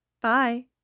Bye